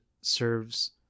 serves